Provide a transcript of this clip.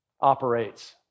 operates